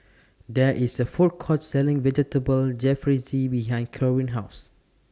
There IS A Food Court Selling Vegetable Jalfrezi behind Corrine's House